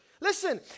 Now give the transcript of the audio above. Listen